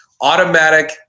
Automatic